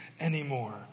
anymore